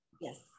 Yes